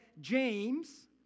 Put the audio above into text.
James